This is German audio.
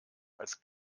als